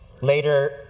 Later